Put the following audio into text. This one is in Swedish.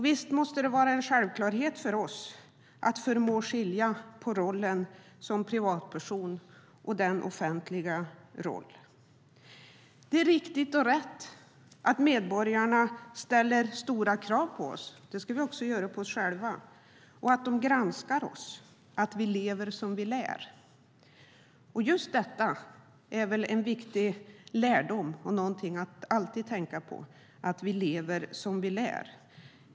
Visst måste det vara en självklarhet för oss att vi förmår att skilja på rollen som privatperson och vår offentliga roll. Det är riktigt och rätt att medborgarna ställer stora krav på oss. Det ska vi också göra på oss själva. De ska granska att vi lever som vi lär. Just detta är en viktig lärdom och något att alltid tänka på - att vi lever som vi lär.